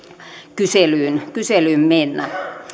kyselyyn kyselyyn mennä